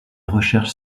recherches